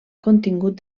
contingut